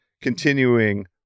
continuing